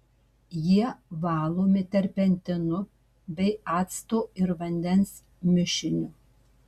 jie valomi terpentinu bei acto ir vandens mišiniu